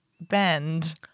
bend